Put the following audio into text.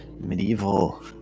medieval